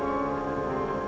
or